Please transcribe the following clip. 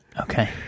Okay